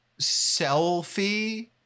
selfie